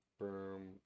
boom